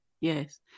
Yes